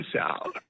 out